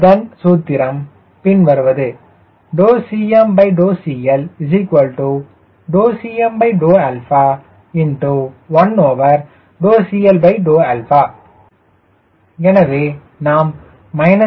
அதன் சூத்திரம் பின்வருவது ∂CM∂CL∂CM∂1∂CL∂ எனவே நாம் 0